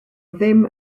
ddim